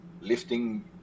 lifting